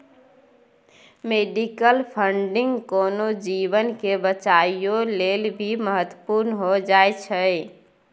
medical funding कोनो जीवन के बचाबइयो लेल भी महत्वपूर्ण हो जाइ छइ